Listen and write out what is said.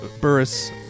Burris